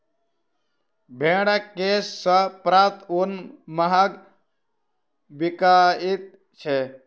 भेंड़क केश सॅ प्राप्त ऊन महग बिकाइत छै